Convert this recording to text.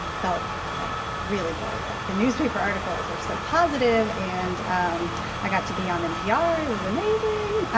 felt like really good, like the newspaper articles are so positive and i got to be on npr. it was amazing,